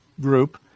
group